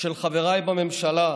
של חבריי בממשלה,